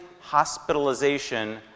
hospitalization